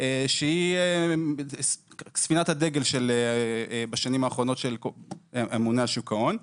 שהיא ספינת הדגל בשנים האחרונות של הממונה על שוק ההון.